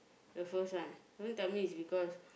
the first one don't tell me is because